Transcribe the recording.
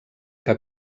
que